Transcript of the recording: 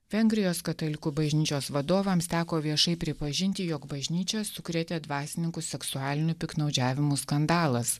vengrijos katalikų bažnyčios vadovams teko viešai pripažinti jog bažnyčią sukrėtė dvasininkų seksualinių piktnaudžiavimų skandalas